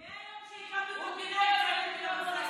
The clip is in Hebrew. מהיום שהקמנו את המדינה המצאתם את המושג הזה.